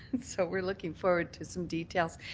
so we're looking forward to some details.